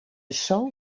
zool